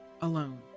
alone